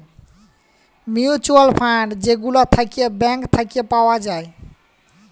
mutual fund যে গুলা থাক্যে ব্যাঙ্ক থাক্যে পাওয়া যায়